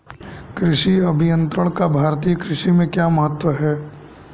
कृषि अभियंत्रण का भारतीय कृषि में क्या महत्व है?